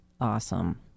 awesome